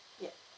yup